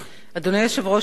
אדוני היושב-ראש,